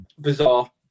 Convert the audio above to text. bizarre